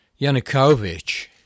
Yanukovych